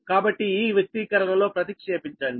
కాబట్టి ఈ వ్యక్తీకరణలో ప్రతిక్షేపించండి